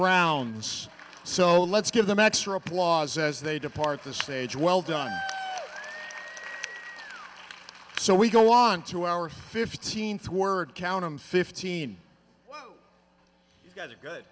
rounds so let's give the matter applause as they depart the stage well done so we go on to our fifteenth word count em fifteen good